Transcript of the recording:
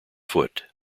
foot